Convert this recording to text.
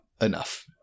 enough